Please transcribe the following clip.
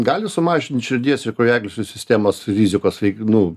gali sumažint širdies ir kraujagyslių sistemos rizikos rei nu